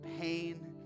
pain